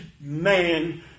man